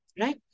right